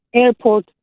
airport